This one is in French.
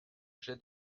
j’ai